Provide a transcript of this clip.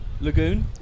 lagoon